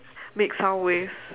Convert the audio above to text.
make sound waves